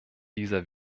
dieser